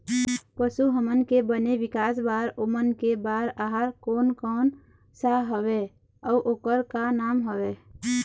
पशु हमन के बने विकास बार ओमन के बार आहार कोन कौन सा हवे अऊ ओकर का नाम हवे?